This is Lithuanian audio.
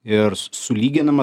ir sulyginama